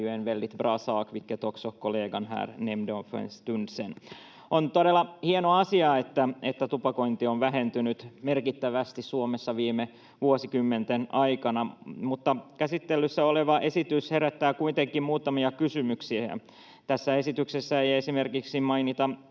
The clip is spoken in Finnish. On todella hieno asia, että tupakointi on vähentynyt merkittävästi Suomessa viime vuosikymmenten aikana, mutta käsittelyssä oleva esitys herättää kuitenkin muutamia kysymyksiä. Tässä esityksessä ei esimerkiksi mainita